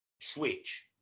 switch